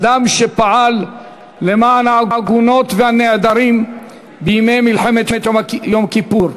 אדם שפעל למען העגונות והנעדרים בימי מלחמת יום כיפור,